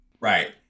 Right